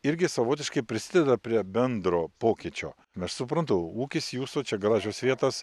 irgi savotiškai prisideda prie bendro pokyčio aš suprantu ūkis jūsų čia gražios vietos